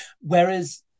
Whereas